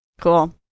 Cool